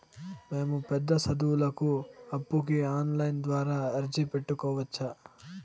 మేము పెద్ద సదువులకు అప్పుకి ఆన్లైన్ ద్వారా అర్జీ పెట్టుకోవచ్చా?